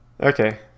Okay